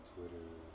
Twitter